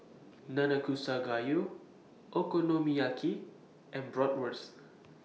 Nanakusa Gayu Okonomiyaki and Bratwurst